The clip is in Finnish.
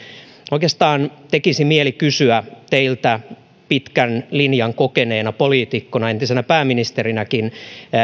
oikeastaan tekisi mieli kysyä teiltä pitkän linjan kokeneena poliitikkona entisenä pääministerinäkin